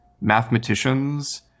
mathematicians